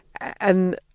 And-